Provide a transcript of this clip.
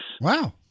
Wow